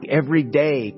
everyday